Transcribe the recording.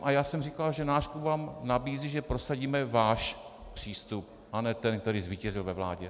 A já jsem říkal, že náš klub vám nabízí, že prosadíme váš přístup, a ne ten, který zvítězil ve vládě.